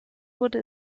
wurde